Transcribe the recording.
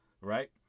right